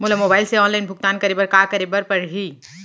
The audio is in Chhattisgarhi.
मोला मोबाइल से ऑनलाइन भुगतान करे बर का करे बर पड़ही?